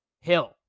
Hill